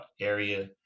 area